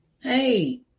Hey